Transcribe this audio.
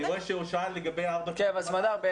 צריכים.